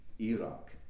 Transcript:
Iraq